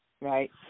Right